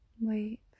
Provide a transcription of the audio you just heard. Wait